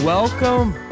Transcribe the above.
Welcome